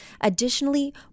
Additionally